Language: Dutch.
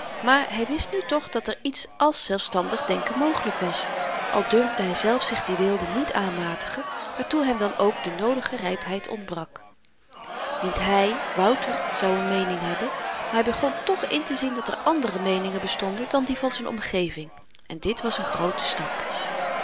maar hy wist nu toch dat er iets àls zelfstandig denken mogelyk was al durfde hyzelf zich die weelde niet aanmatigen waartoe hem dan ook de noodige rypheid ontbrak niet hy wouter zou n meening hebben maar hy begon toch intezien dat er andere meeningen bestonden dan die van z'n omgeving en dit was n groote stap